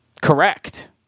Correct